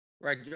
Right